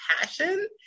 passion